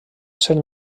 ser